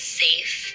safe